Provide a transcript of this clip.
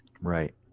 Right